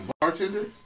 Bartender